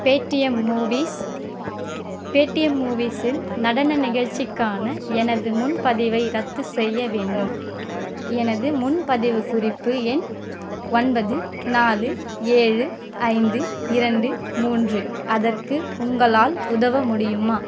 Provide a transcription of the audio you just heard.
Paytm movies Paytm மூவீஸில் நடன நிகழ்ச்சிக்கான எனது முன்பதிவை ரத்துசெய்ய வேண்டும் எனது முன்பதிவு குறிப்பு எண் ஒன்பது நாலு ஏழு ஐந்து இரண்டு மூன்று அதற்கு உங்களால் உதவ முடியுமா